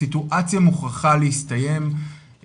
הסיטואציה מוכרחה להסתיים,